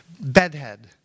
bedhead